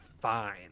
fine